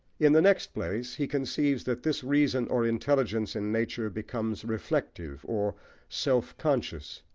in the next place, he conceives that this reason or intelligence in nature becomes reflective, or self-conscious.